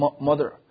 mother